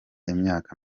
imyaka